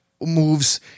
moves